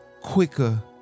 quicker